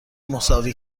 مساوی